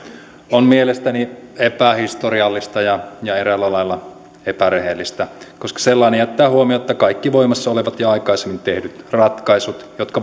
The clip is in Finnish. on mielestäni epähistoriallista ja ja eräällä lailla epärehellistä koska sellainen jättää huomiotta kaikki voimassa olevat ja aikaisemmin tehdyt ratkaisut jotka